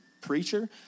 preacher